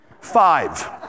Five